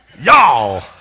Y'all